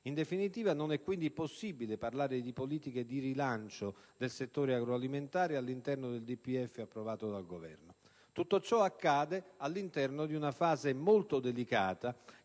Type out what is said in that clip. In definitiva, non è quindi possibile parlare di politiche di rilancio del settore agroalimentare all'interno del DPEF approvato dal Governo. Tutto ciò accade all'interno di una fase molto delicata